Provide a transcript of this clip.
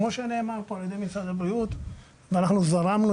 כמו שנאמר פה על ידי משרד הבריאות ואנחנו זרמנו